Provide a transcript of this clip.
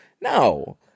No